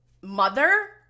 mother